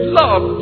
love